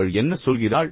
அவள் என்ன சொல்கிறாள்